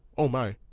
oh my.